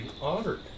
honored